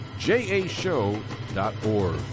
jashow.org